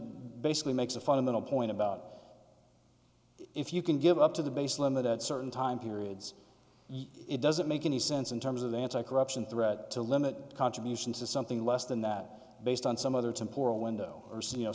basically makes a fundamental point about if you can give up to the baseline that at certain time periods it doesn't make any sense in terms of anticorruption threat to limit contributions to something less than that based on some other temp or a window or so you know